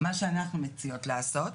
מה שאנחנו מציעות לעשות,